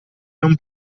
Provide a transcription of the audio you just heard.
non